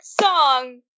song